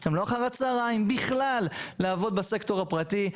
גם לא אחר הצוהריים, לעבוד בסקטור הפרטי.